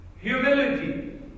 Humility